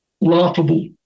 laughable